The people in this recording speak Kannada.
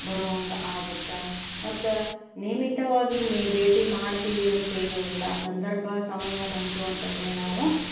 ಬರೋ ಹಂಗೆ ಆಗತ್ತೆ ಮತ್ತೆ ನಿಯಮಿತವಾಗಿ ಮೇ ಭೇಟಿ ಮಾಡ್ತೀವಿ ಅಂತೇನು ಇಲ್ಲ ಆ ಸಂದರ್ಭ ಸಮಯ ಬಂತು ಅಂತಂದರೆ ನಾವು